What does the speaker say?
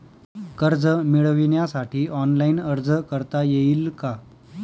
कर्ज मिळविण्यासाठी ऑनलाइन अर्ज करता येईल का?